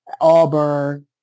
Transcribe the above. Auburn